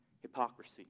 hypocrisy